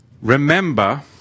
Remember